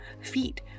feet